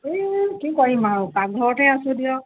এই কি কৰিম আৰু পাকঘৰতে আছোঁ দিয়ক